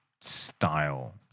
style